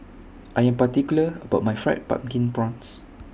I Am particular about My Fried Pumpkin Prawns